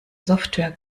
software